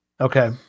Okay